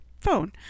phone